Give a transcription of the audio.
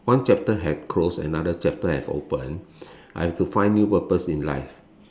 one chapter have closed another chapter have opened I have to find new purpose in life